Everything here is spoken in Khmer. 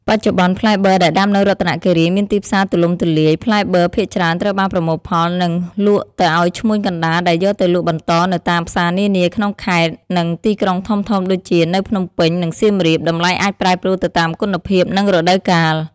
បច្ចុប្បន្ន ផ្លែបឺរដែលដាំនៅរតនគិរីមានទីផ្សារទូលំទូលាយ ផ្លែបឺរភាគច្រើនត្រូវបានប្រមូលផល និងលក់ទៅឱ្យឈ្មួញកណ្ដាលដែលយកទៅលក់បន្តនៅតាមផ្សារនានាក្នុងខេត្ត និងទីក្រុងធំៗដូចជានៅភ្នំពេញ និងសៀមរាប តម្លៃអាចប្រែប្រួលទៅតាមគុណភាព និងរដូវកាល។